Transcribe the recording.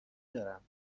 دارم